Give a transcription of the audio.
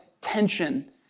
tension